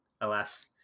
alas